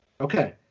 Okay